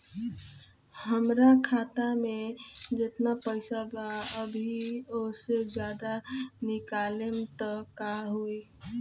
हमरा खाता मे जेतना पईसा बा अभीओसे ज्यादा निकालेम त का होई?